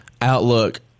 Outlook